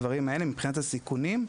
מבחינת הסיכונים,